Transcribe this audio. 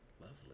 lovely